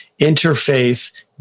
interfaith